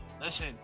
listen